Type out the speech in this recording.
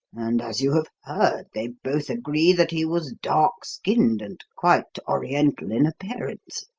and, as you have heard, they both agree that he was dark-skinned and quite oriental in appearance.